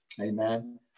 amen